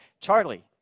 Charlie